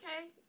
okay